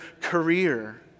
career